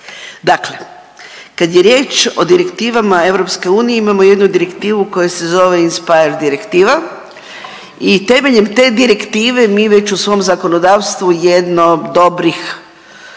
Dakle, kad je riječ o direktivama EU imamo jednu direktivu koja se zove INSPIRE direktiva. I temeljem te direktive mi već u svom zakonodavstvu jedno dobrih